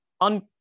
on